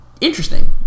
interesting